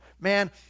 Man